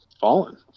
fallen